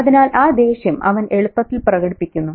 അതിനാൽ ആ ദേഷ്യം അവൻ എളുപ്പത്തിൽ പ്രകടിപ്പിക്കുന്നു